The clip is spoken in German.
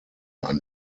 ein